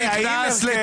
--- גלעד,